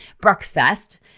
breakfast